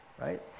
right